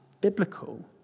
biblical